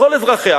לכל אזרחיה.